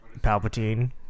Palpatine